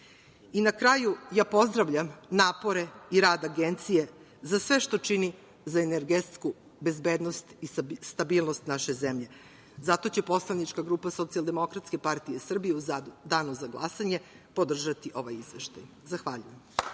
kraju, ja pozdravljam napore i rad Agencije za sve što čini za energetsku bezbednost i stabilnost naše zemlje. Zato će Poslanička grupa Socijaldemokratske partije Srbije u danu za glasanje podržati ovaj izveštaj. Zahvaljujem.